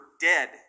dead